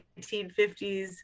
1950s